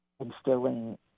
instilling